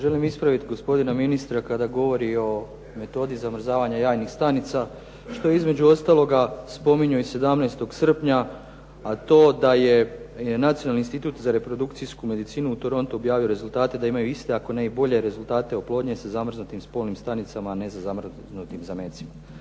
Želim ispraviti gospodina ministra kada govori o metodi zamrzavanja jajnih stanica, što između ostaloga spominju i 17. srpnja, a to je da je Nacionalni institut za reprodukcijsku medicinu u Torontu objavio rezultate da imaju iste, ako ne i bolje rezultate oplodnje sa zamrznutim spolnim stanicama, a ne sa zamrznutim zametcima.